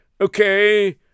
Okay